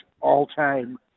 all-time